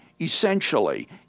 essentially